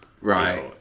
Right